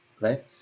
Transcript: right